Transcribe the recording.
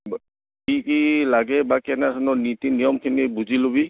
কি কি লাগে বা কেনে ধৰণৰ নীতি নিয়মখিনি বুজি ল'বি